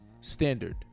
standard